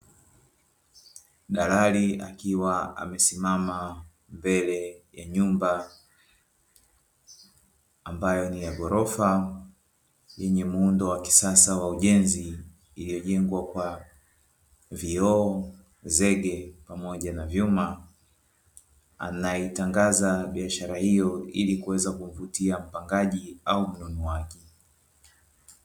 Dalali akiwa amesimama mbele ya nyumba; ambayo ni ya ghorofa yenye muundo wa kisasa wa ujenzi, iliyojengwa kwa vioo, zege pamoja na vyuma. Anaitangaza biashara hiyo ili kuweza kumvutia mpangaji au mnunuaji.